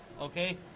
okay